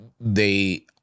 they-